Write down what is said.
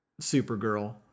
Supergirl